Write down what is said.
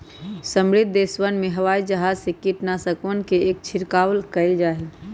समृद्ध देशवन में हवाई जहाज से कीटनाशकवन के छिड़काव कइल जाहई